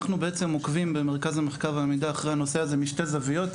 אנחנו בעצם עוקבים במרכז המחקר אחרי הנושא הזה משתי זוויות,